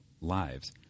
lives